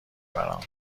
برام